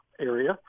area